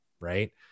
right